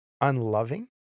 unloving